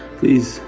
please